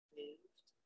moved